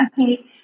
Okay